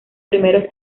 primeros